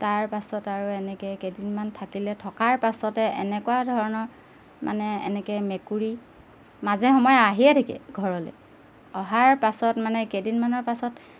তাৰপাছত আৰু এনেকৈ কেইদিনমান থাকিলে থকাৰ পাছতে এনেকুৱা ধৰণৰ মানে এনেকৈ মেকুৰী মাজে সময়ে আহিয়ে থাকে ঘৰলৈ অহাৰ পাছত মানে কেইদিনমানৰ পাছত